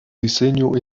diseño